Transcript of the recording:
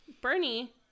Bernie